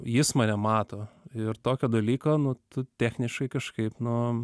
jis mane mato ir tokio dalyko nu tu techniškai kažkaip nu